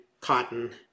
cotton